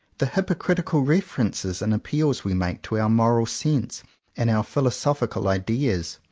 the hypo critical references and appeals we make to our moral sense and our philosophical ideas.